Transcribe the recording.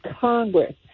Congress